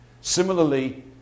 Similarly